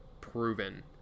proven